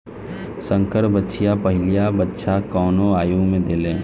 संकर बछिया पहिला बच्चा कवने आयु में देले?